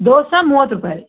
ದೋಸೆ ಮೂವತ್ತು ರೂಪಾಯಿ